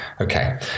Okay